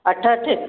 अठहठि